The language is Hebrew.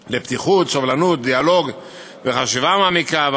לפתיחות, לסובלנות, לדיאלוג ולחשיבה מעמיקה.